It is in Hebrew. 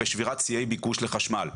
בשבירת שיאי ביקוש לחשמל.